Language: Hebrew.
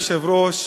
אדוני היושב-ראש,